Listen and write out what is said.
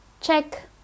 check